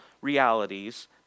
realities